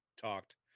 talked